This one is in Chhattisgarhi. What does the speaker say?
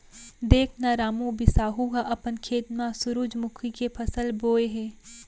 देख न रामू, बिसाहू ह अपन खेत म सुरूजमुखी के फसल बोय हे